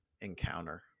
encounter